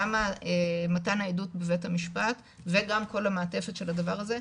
גם מתן העדות בבית המשפט וגם כל המעטפת של הדבר הזה,